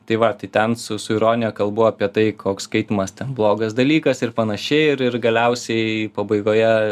tai va tai ten su su ironija kalbu apie tai koks skaitymas ten blogas dalykas ir panašiai ir ir galiausiai pabaigoje